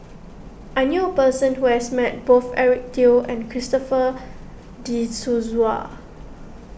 I knew a person who has met both Eric Teo and Christopher De Souza